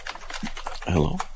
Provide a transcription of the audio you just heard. Hello